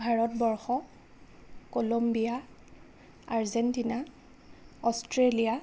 Bharatvarsha Colombia Argentina Australia